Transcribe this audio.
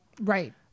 Right